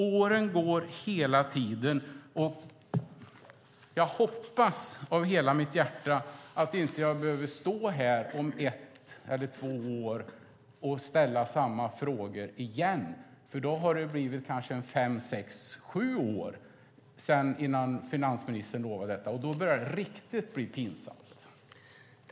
Åren går, och jag hoppas av hela mitt hjärta att jag inte behöver stå här om ett eller två år och ställa samma frågor igen. Då har det gått fem, sex, sju år sedan finansministern avgav sitt löfte. Då börjar det bli riktigt pinsamt.